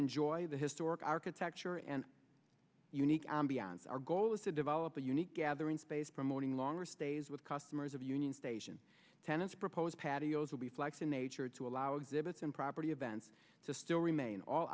enjoy the historic architecture and unique ambiance our goal is to develop a unique gathering space promoting longer stays with customers of union station tenants proposed patios will be flex in nature to allow exhibits and property events to still remain all